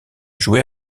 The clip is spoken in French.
joué